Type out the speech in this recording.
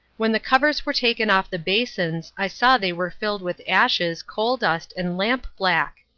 when the covers were taken off the basins, i saw they were filled with ashes, coal-dust, and lamp-black.